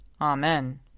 Amen